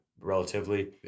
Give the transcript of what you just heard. relatively